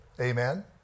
Amen